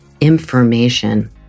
information